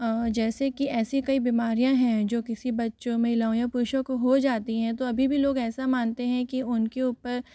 जैसे की ऐसी कई बीमारियाँ है जो किसी बच्चों महिलाओं या पुरुषों को हो जाती है तो अभी भी लोग ऐसा मानते है की उनके ऊपर